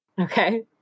Okay